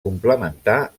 complementar